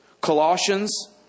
Colossians